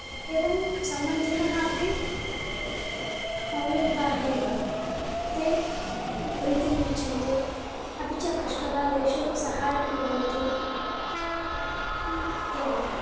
एवं सम्बधिनः अपि मौल्ययुताः एव ते प्रीतिं यच्छन्ति अपि च कष्टकालेषु साहाय्यं कुर्वन्ति एवं